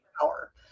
power